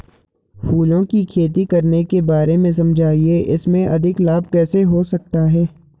फूलों की खेती करने के बारे में समझाइये इसमें अधिक लाभ कैसे हो सकता है?